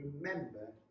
remember